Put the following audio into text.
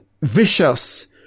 vicious